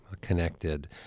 connected